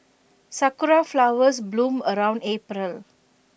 Sakura Flowers bloom around April